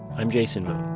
i'm jason moon